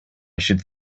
should